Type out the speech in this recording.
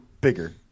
bigger